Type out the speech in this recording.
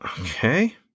Okay